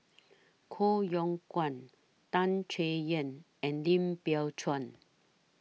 Koh Yong Guan Tan Chay Yan and Lim Biow Chuan